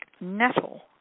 nettle